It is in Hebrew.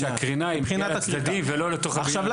כי אמרו שהקרינה מגיעה לצדדים ולא לתוך הבניין עצמו.